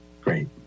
Great